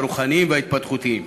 הרוחניים וההתפתחותיים.